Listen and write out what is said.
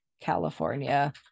California